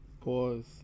Pause